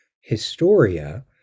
Historia